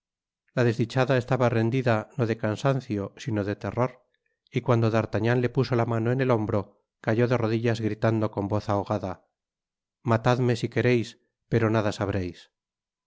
la desdichada estaba rendida no de cansancio sino de terror y cuando d'artagnan le puso la mano en el hombro cayó de rodillas gritando con voz ahogada matadme si quereis pero nada sabreis